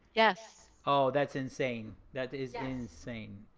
yes. oh, that's insane. that is insane.